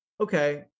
okay